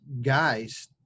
guys